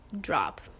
drop